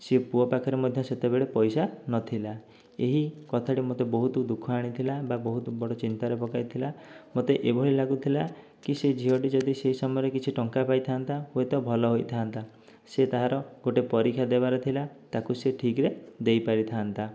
ସେ ପୁଅ ପାଖରେ ମଧ୍ୟ ସେତେବେଳେ ପଇସା ନଥିଲା ଏହି କଥାଟି ମୋତେ ବହୁତ ଦୁଃଖ ଆଣିଥିଲା ବା ବହୁତ ବଡ଼ ଚିନ୍ତାରେ ପକାଇଥିଲା ମୋତେ ଏଭଳି ଲାଗୁଥିଲା କି ସେ ଝିଅଟି ଯଦି ସେ ସମୟରେ କିଛି ଟଙ୍କା ପାଇଥାନ୍ତା ହୁଏତ ଭଲ ହୋଇଥାନ୍ତା ସେ ତା'ର ଗୋଟେ ପରୀକ୍ଷା ଦେବାର ଥିଲା ତାକୁ ସେ ଠିକରେ ଦେଇପାରିଥାନ୍ତା